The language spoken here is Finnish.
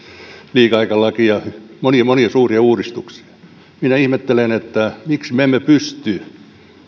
liikeaikalakia monia monia suuria uudistuksia minä ihmettelen miksi me emme pysty